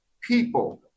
people